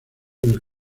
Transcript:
del